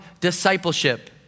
discipleship